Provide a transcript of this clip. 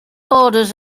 orders